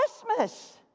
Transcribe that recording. Christmas